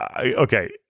okay